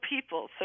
people